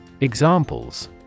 Examples